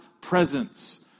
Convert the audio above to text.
presence